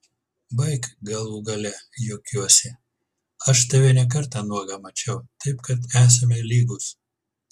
baik galų gale juokiuosi aš tave ne kartą nuogą mačiau taip kad esame lygūs